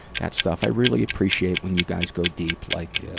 that stuff. i really appreciate when you guys go deep like, ah,